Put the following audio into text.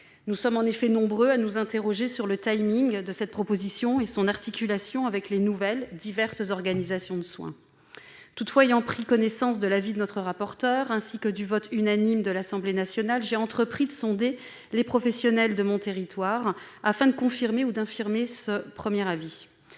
Nous sommes en effet nombreux à nous interroger sur le de cette proposition et sur son articulation avec les nouvelles organisations de soins. Toutefois, ayant pris connaissance de l'avis de notre rapporteure, ainsi que du vote unanime de l'Assemblée nationale, j'ai entrepris de sonder les professionnels de mon territoire afin de confirmer ou d'infirmer ce premier avis.